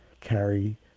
carry